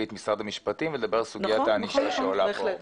את משרד המשפטים ולדבר על סוגית הענישה שעולה פה הרבה.